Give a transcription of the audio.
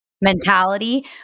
mentality